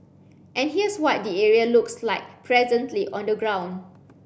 and here's what the area looks like presently on the ground